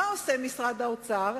מה עושה משרד האוצר?